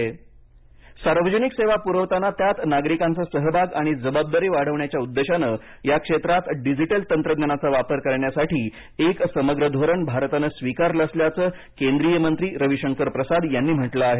रविशंकर सार्वजनिक सेवा पुरवताना त्यात नागरिकांचा सहभाग आणि जबाबदारी वाढवण्याच्या उद्देशानं या क्षेत्रात डिजिटल तंत्रज्ञानाचा वापर करण्यासाठी एक समग्र धोरण भारतानं स्वीकारलं असल्याचं केंद्रीय मंत्री रविशंकर प्रसाद यांनी म्हटलं आहे